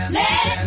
let